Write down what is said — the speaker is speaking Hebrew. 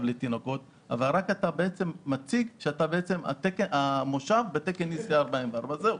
לתינוקות אבל אתה צריך להציג שהמושב הוא בתקן 44EC,